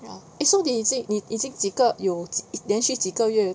!wah! eh so 你已经你已经几个连续几个月